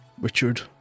Richard